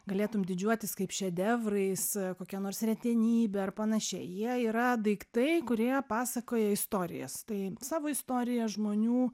galėtum didžiuotis kaip šedevrais kokia nors retenybe ar panašiai jie yra daiktai kurie pasakoja istorijas tai savo istoriją žmonių